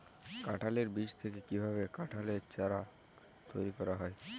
কাঁঠালের বীজ থেকে কীভাবে কাঁঠালের চারা তৈরি করা হয়?